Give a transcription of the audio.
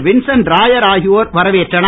Vincent Rayar ஆகியோர் வரவேற்றனர்